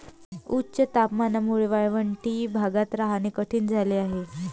उच्च तापमानामुळे वाळवंटी भागात राहणे कठीण झाले आहे